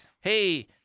hey